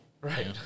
Right